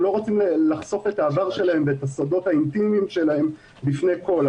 לא רוצים לחשוף את העבר שלהם ואת הסודות האינטימיים שלהם בפני כול,